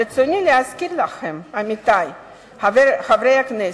ברצוני להזכיר לכם, עמיתי חברי הכנסת,